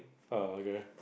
uh okay